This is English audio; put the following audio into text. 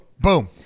Boom